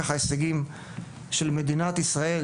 ככה ההישגים של מדינת ישראל,